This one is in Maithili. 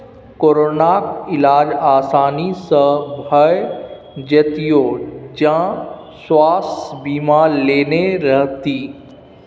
कोरोनाक इलाज आसानी सँ भए जेतियौ जँ स्वास्थय बीमा लेने रहतीह